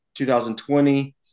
2020